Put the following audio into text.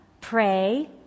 Pray